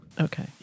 Okay